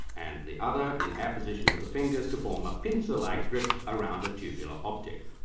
and the other in apposition to the fingers to form a pincer-like grip around a tubular object.